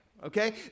Okay